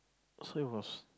so it was